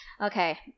Okay